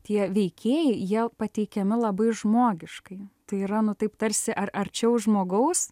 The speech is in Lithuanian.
tie veikėjai jie pateikiami labai žmogiškai tai yra nu taip tarsi ar arčiau žmogaus